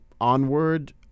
Onward